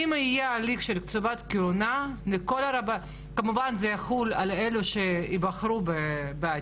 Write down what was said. אם יהיה הליך של קציבת כהונה כמובן זה יחול על אלה שייבחרו בעתיד,